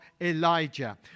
Elijah